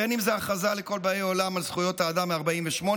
בין אם זאת ההכרזה לכל באי עולם על זכויות האדם מ-1948,